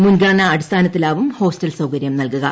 മുൻഗണന അടിസ്ഥാനത്തിലാവും ഹോസ്റ്റൽ സൌകര്യം നൽകുക